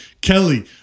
kelly